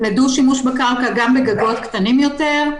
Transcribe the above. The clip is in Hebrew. לדו שימוש בקרקע גם בגגות קטנים יותר,